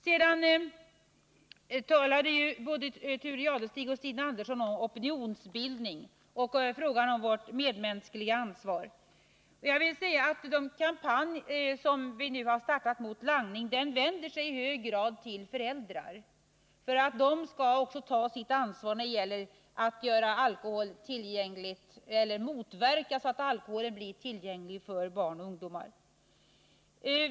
Både Thure Jadestig och Stina Andersson talade om opinionsbildning och vårt medmänskliga ansvar. Den kampanj som vi nu har startat mot langning vänder sig i hög grad till föräldrar för att de skall ta sitt ansvar för att motverka att alkohol blir tillgänglig för barn och ungdomar.